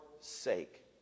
sake